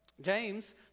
James